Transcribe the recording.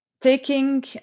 taking